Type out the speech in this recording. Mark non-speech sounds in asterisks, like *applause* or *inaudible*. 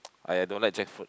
*noise* I don't like jackfruit